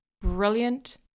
Brilliant